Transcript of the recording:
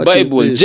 Bible